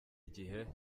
igihe